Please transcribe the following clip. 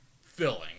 filling